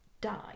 die